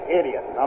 idiot